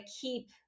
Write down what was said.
keep